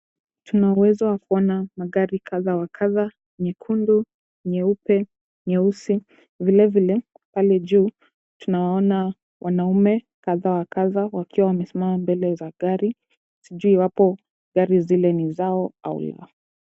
Tuna uwezo wa kuona magari kadhaa wa kadhaa, nyekundu, nyeupe, nyeusi. Vile vile, pale juu tunawaona wanaume kadhaa wa kadhaa wakiwa wamesimama mbele za gari. Sijui wapo gari zile ni zao au la.